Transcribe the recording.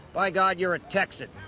by god, you're a texan.